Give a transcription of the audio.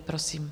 Prosím.